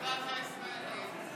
לדמוקרטיה הישראלית.